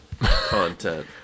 content